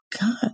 God